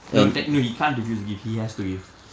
no that no he can't refuse to give he has to give